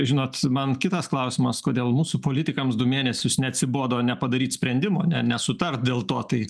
žinot man kitas klausimas kodėl mūsų politikams du mėnesius neatsibodo nepadaryt sprendimo ne nesutart dėl to tai